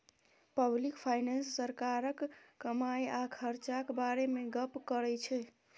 public finance सरकारक कमाई आ खरचाक बारे मे गप्प करै छै